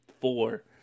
four